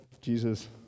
Jesus